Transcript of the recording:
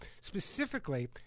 specifically